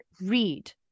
read